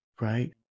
right